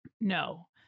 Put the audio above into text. No